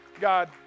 God